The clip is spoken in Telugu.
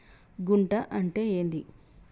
గుంట అంటే ఏంది?